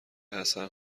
حسن